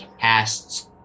casts